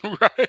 Right